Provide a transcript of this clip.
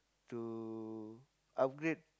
to upgrade